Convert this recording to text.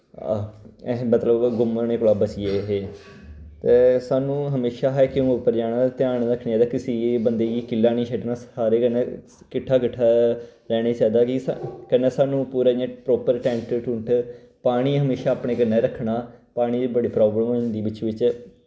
असी मतलब गुम्म होने कोला बची गे हे ते साणु हमेशी हाईकिंग उप्पर जाना होऐ ध्यान रक्खना चाहिदा किसे बंदे गी किल्ला निं छड्डना सारे कन्नै किट्ठा किट्ठा रैह्ने चाहिदा कि कन्नै साणु पूरा इ'यां प्रापर टैंट टुंट पानी हमेशा अपने कन्नै रक्खना पानी दी बड़ी प्राबलम होई जंदी बिच्च बिच्च